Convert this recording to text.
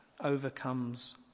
overcomes